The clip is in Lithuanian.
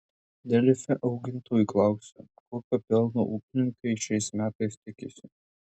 delfi augintojų klausia kokio pelno ūkininkai šiais metais tikisi